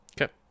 Okay